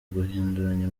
guhinduranya